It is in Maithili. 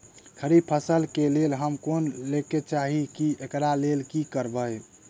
खरीफ फसल केँ लेल हम लोन लैके चाहै छी एकरा लेल की करबै?